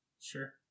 Sure